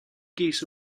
geese